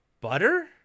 Butter